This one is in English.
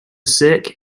sick